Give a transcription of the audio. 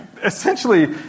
Essentially